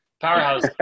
powerhouse